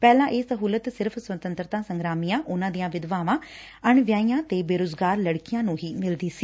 ਪਹਿਲਾਂ ਇਹ ਸਹੁਲਤ ਸਿਰਫ਼ ਸੁੰਤਤਰਤਾ ਸੰਗਰਾਮੀਆਂ ਉਨਾਂ ਦੀਆਂ ਵਿਧਵਾਵਾਂ ਅਣਵਿਆਹੀਆਂ ਤੇ ਬੇਰੁਜ਼ਗਾਰ ਲੜਕੀਆਂ ਨੂੰ ਮਿਲਦੀ ਸੀ